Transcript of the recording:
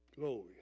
glory